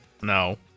No